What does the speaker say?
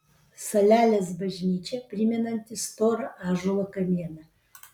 salelės bažnyčia primenanti storą ąžuolo kamieną